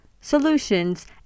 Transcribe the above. solutions